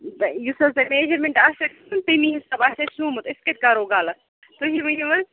یُس حظ تۄہہِ میجَرمٮ۪نٛٹ آسہِ تَمی حساب آسہِ اَسہِ سُومُت أسۍ کَتہِ کَرو غلط تُہی ؤنِو حظ